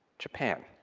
japan.